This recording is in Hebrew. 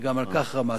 וגם על כך רמזת.